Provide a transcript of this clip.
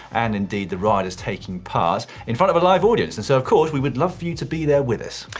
and indeed the riders taking part, in front of a live audience, and so of course, we would love for you to be there with us.